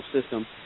system